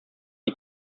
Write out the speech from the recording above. die